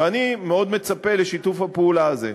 ואני מאוד מצפה לשיתוף הפעולה הזה.